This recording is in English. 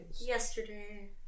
Yesterday